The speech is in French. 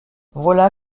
voilà